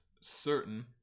certain